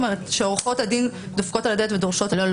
שעורכות הדין דופקות על הדלת ודורשות --- לא.